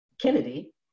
kennedy